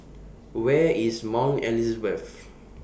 Where IS Mount Elizabeth